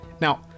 Now